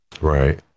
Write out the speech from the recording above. Right